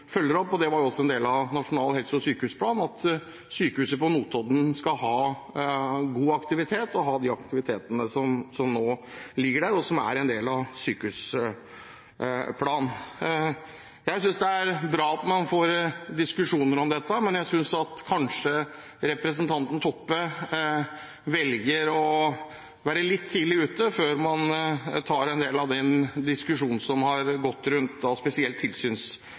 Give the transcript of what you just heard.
følger opp. Det er en del av Nasjonal helse- og sykehusplan at sykehuset på Notodden skal ha god aktivitet og ha de aktivitetene de nå har, og som er en del av sykehusplanen. Jeg synes det er bra at man får diskusjoner om dette, men jeg synes kanskje representanten Toppe velger å være litt tidlig ute når hun tar en del av den diskusjonen som har gått, spesielt rundt tilsynssaken. Men jeg vet også at statsråden følger nøye med og er opptatt av